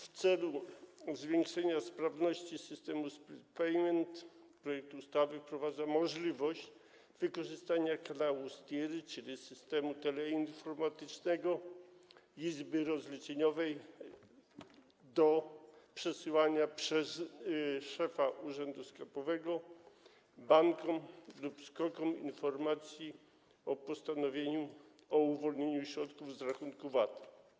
W celu zwiększenia sprawności systemu split payment projekt ustawy wprowadza możliwość wykorzystania kanału STIR, czyli systemu teleinformatycznego izby rozliczeniowej, do przesyłania przez szefa urzędu skarbowego bankom lub SKOK-om informacji o postanowieniu o uwolnieniu środków z rachunku VAT.